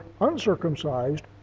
uncircumcised